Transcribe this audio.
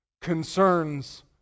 concerns